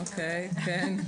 כן.